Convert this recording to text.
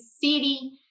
city